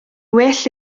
well